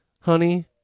honey